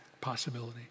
possibility